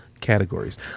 categories